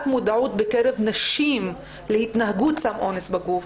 מודעות בקרב נשים להתנהגות סם האונס בגוף,